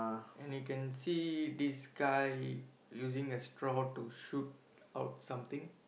and I can see this guy using a straw to shoot out something